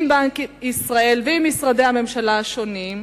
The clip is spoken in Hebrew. עם בנק ישראל ועם משרדי הממשלה השונים,